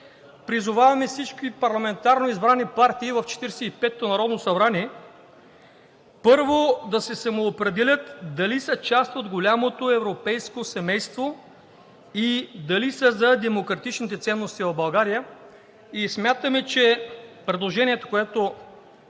призоваваме всички парламентарно избрани партии в Четиридесет и петото народно събрание, първо, да се самоопределят дали са част от голямото европейско семейство и дали са за демократичните ценности в България? Смятаме, че предложението, което